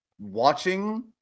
Watching